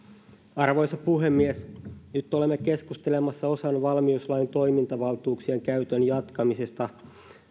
arvoisa puhemies nyt olemme keskustelemassa osan valmiuslain toimintavaltuuksien käytön jatkamisesta